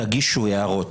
תגישו הערות.